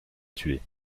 tuer